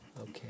okay